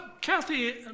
Kathy